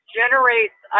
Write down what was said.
generates